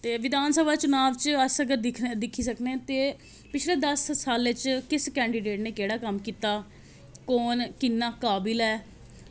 ते विधानसभा चुनाव च अस अगर दिक्खी सकने ते पिछले दस सालें च किश कैंडिडेट ने केह्ड़ा कम्म कीता कौन कि'न्ना काबिल ऐ